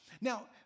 Now